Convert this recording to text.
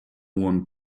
one